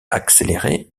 accélérer